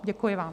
Děkuji vám.